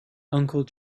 uncle